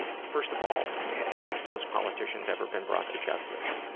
first of all, have those politicians ever been brought to justice?